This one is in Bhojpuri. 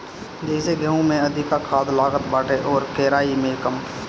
जइसे गेंहू में अधिका खाद लागत बाटे अउरी केराई में कम